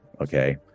Okay